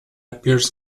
appears